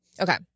Okay